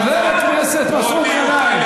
חבר הכנסת מסעוד גנאים.